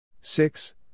Six